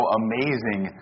amazing